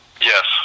Yes